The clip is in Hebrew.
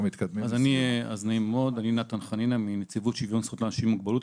אני מנציבות שוויון זכויות לאנשים עם מוגבלויות.